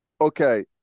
Okay